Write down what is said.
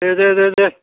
दे दे दे